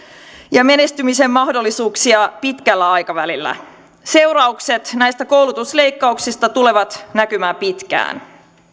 ja menestymisen mahdollisuuksia pitkällä aikavälillä seuraukset näistä koulutusleikkauksista tulevat näkymään pitkään